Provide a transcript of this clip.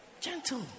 Gentle